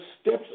steps